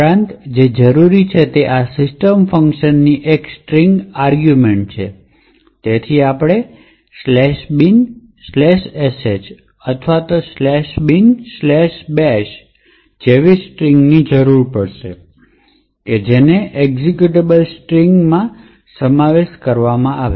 ઉપરાંત જે જરૂરી છે તે આ સિસ્ટમ ફંક્શનની એક સ્ટ્રિંગ આર્ગિવમેન્ટ છે તેથી આપણે ""binsh"" or ""binbash"" જેવા સ્ટ્રિંગ ની જરૂર પડશે જે એક્ઝિક્યુટેબલ સ્ટ્રિંગ છે તેનો સમાવેશ કરેલો છે